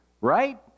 right